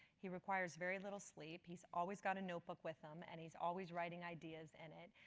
he requires very little sleep, he's always got a notebook with him and he's always writing ideas in it.